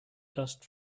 dust